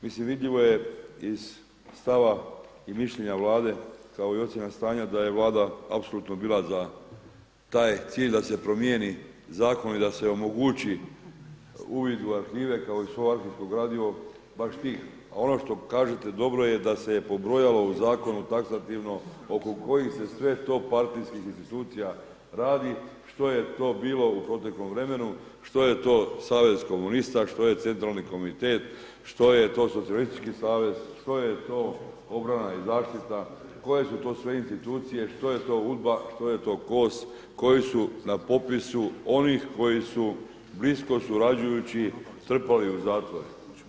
Mislim vidljivo je iz stava i mišljenja Vlade kao i ocjena stanja da je Vlada bila apsolutno za taj cilj da se promijeni zakon i da se omogući uvid u arhive kao i svo arhivsko gradivo baš tih, a ono što kažete dobro je da se je pobrojalo u zakonu taksativno oko kojih se sve to partijskih institucija radi, što je to bilo u proteklom vremenu, što je to savez komunista, što je centralni komitet, što je to socijalistički savez, što je to obrana i zaštita, koje su to sve institucije, što je to UDBA, što je to KOS, koji su na popisu onih koji su blisko surađujući trpali u zatvore.